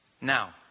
Now